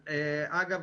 אגב,